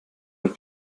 alt